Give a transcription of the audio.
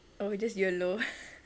oh you just yolo